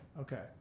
Okay